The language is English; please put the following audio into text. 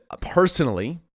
personally